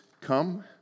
come